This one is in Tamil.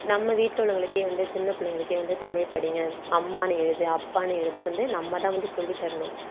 நம்ம வீட்டில் உள்ளவர்களுக்கே வந்து சின்ன பிள்ளைங்களுக்கே வந்து தமிழ் படிங்க அம்மான்னு எழுது அப்பான்னு எழுது வந்து நம்மதான் வந்து சொல்லித்தரணும்